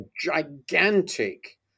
gigantic